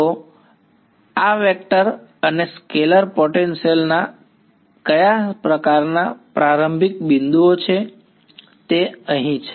તો આ વેક્ટર અને સ્કેલર પોટેન્શિયલ્સ ના કયા પ્રકારનાં પ્રારંભિક બિંદુઓ છે તે અહીં બરાબર છે